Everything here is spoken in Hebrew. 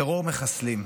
טרור מחסלים.